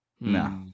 No